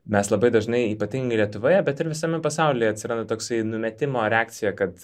mes labai dažnai ypatingai lietuvoje bet ir visame pasaulyje atsiranda toksai numetimo reakcija kad